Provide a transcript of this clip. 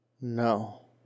No